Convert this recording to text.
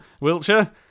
Wiltshire